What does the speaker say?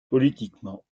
politiquement